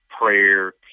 Prayer